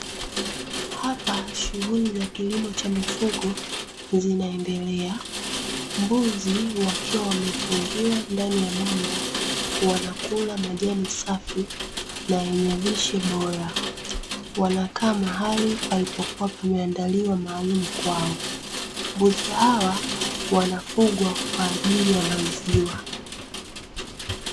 Hapa shughuli za kilimo cha mifugo zinaendelea, mbuzi wakiwa wamefungiwa ndani ya banda, wanakula majani safi na yenye lishe bora, wanakaa mahali palipokua pameandaliwa maalumu kwao. Mbuzi hawa wanafugwa kwa ajili ya maziwa.